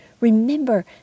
remember